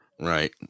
Right